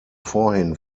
vorhin